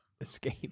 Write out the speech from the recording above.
escape